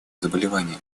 заболевания